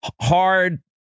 hard